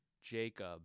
Jacob